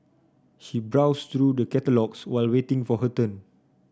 she browsed through the catalogues while waiting for her turn